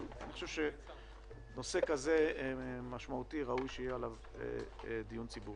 אבל אני חושב שנושא כזה משמעותי ראוי שיהיה עליו דיון ציבורי.